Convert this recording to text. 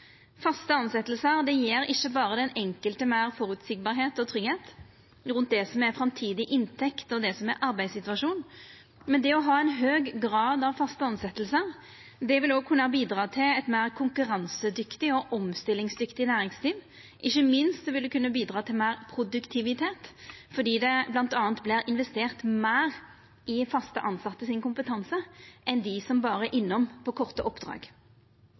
ikkje berre den enkelte meir føreseielegheit og tryggleik rundt det som er framtidig inntekt og det som er arbeidssituasjonen, men det å ha ein høg grad av faste tilsetjingar vil òg kunna bidra til eit meir konkurransedyktig og omstillingsdyktig næringsliv. Ikkje minst vil det kunna bidra til meir produktivitet fordi det bl.a. vert investert meir i kompetansen til dei fast tilsette enn dei som berre er innom på korte oppdrag.